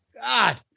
God